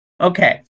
Okay